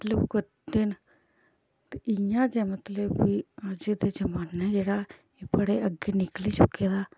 मतलब करदे न ते इ'यां गै मतलब कि अज्ज दा जमान्ना जेह्ड़ा एह् बड़े अग्गें निकली चुके दा